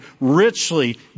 richly